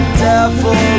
devil